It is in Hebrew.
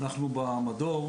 אנחנו במדור,